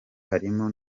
harimo